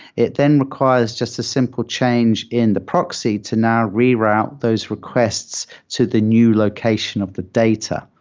it then requires just a simple change in the proxy to now reroute those requests to the new location of the data.